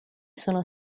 sono